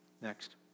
Next